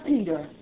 Peter